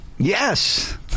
Yes